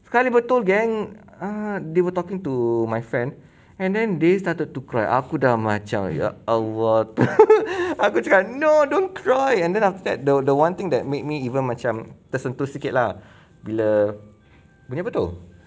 it's kind of betul gang ah they were talking to my friend and then they started to cry aku dah macam ya !alah! aku cakap no don't cry and then after that the one thing that made me even macam tersentuh sikit lah bila bunyi apa tu